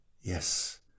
yes